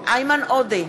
איימן עודה,